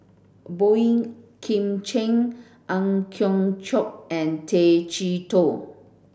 Boey Kim Cheng Ang Hiong Chiok and Tay Chee Toh